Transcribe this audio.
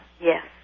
Yes